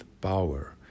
power